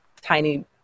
tiny